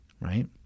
right